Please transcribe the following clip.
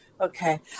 Okay